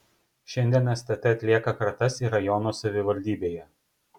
šiandien stt atlieka kratas ir rajono savivaldybėje